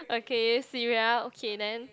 okay Sierra okay then